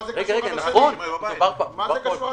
מה זה קשור?